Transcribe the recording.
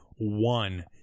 one